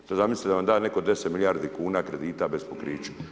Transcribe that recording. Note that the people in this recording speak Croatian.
Sada zamislite da vam da netko 10 milijardi kuna kredita bez pokrića.